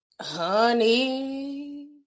Honey